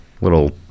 little